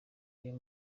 ayo